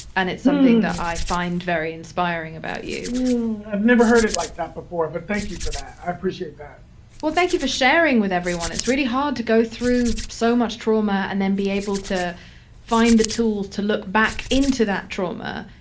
and it's something that i find very inspiring about you i've never heard it like that before. but thank you for that. i appreciate that well, thank you for sharing with everyone. it's really hard to go through so much trauma and then be able to find the tools to look back into that trauma,